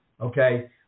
okay